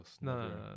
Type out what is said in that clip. No